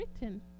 written